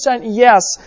yes